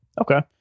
okay